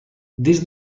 des